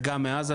וגם מעזה,